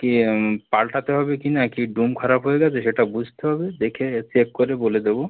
কি পাল্টাতে হবে কি না কি ডোম খারাপ হয়ে গেছে সেটা বুঝতে হবে দেখে চেক করে বলে দেবো